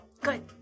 Good